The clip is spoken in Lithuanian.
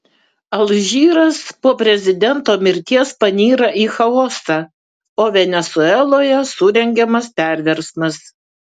alžyras po prezidento mirties panyra į chaosą o venesueloje surengiamas perversmas